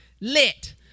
Lit